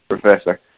Professor